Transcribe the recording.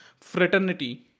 fraternity